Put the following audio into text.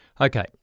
Okay